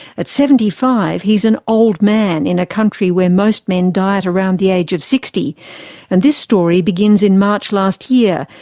at seventy five, he's an old man in a country where most men die at around the age of sixty and this story begins in march last year,